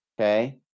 Okay